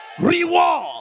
Reward